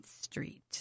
Street